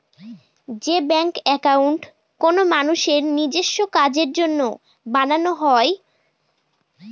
যে bank account কোনো মানুষের নিজেস্ব কাজের জন্য বানানো হয়